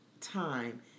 time